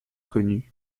connue